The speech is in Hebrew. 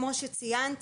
כמו שציינת,